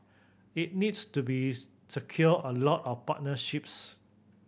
it needs to bees secure a lot of partnerships